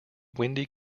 windy